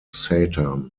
satan